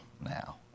now